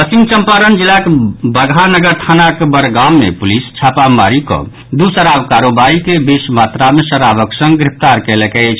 पश्चिम चम्पारण जिलाक बगहा नगर थानाक बड़गांव मे पुलिस छापामारी कऽ दू शराब कारोबारी के बेस मात्रा मे शराबक संग गिरफ्तार कयलक अछि